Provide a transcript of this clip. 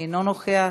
אינו נוכח,